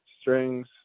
strings